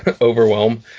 Overwhelm